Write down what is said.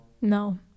no